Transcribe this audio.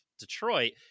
detroit